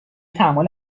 تحمل